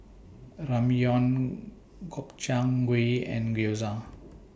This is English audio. Ramyeon Gobchang Gui and Gyoza